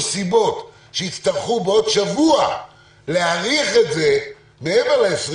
סיבות שהצטרכו בעוד שבוע להאריך את זה מעבר ל-22